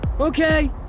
Okay